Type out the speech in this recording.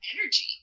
energy